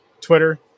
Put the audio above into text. Twitter